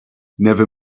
never